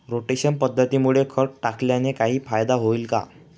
Rotation पद्धतीमुळे खत टाकल्याने काही फायदा होईल का?